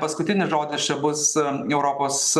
paskutinis žodis čia bus europos